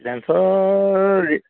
জেণ্টছৰ